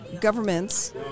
governments